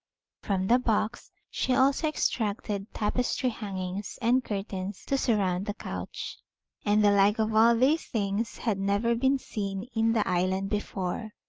from the box she also extracted tapestry hangings and curtains to surround the couch and the like of all these things had never been seen in the island before.